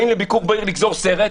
באים לביקור בעיר לגזור סרט,